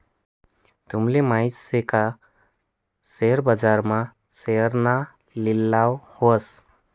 तूमले माहित शे का शेअर बाजार मा शेअरना लिलाव व्हस